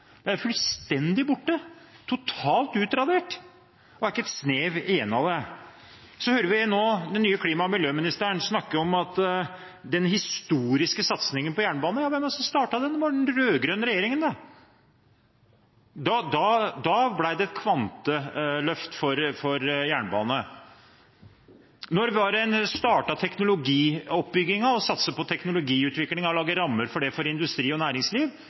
Det er jo fullstendig borte, totalt utradert. Det er ikke et snev igjen av det. Vi hører nå den nye klima- og miljøministeren snakke om den historiske satsingen på jernbane. Hvem var det som startet den? Det var den rød-grønne regjeringen, det. Da ble det et kvanteløft for jernbane. Når var det en startet teknologioppbyggingen og satset på teknologiutvikling, på å lage rammer for det for industri og næringsliv?